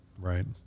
Right